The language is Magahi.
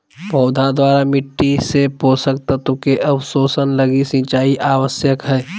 पौधा द्वारा मिट्टी से पोषक तत्व के अवशोषण लगी सिंचाई आवश्यक हइ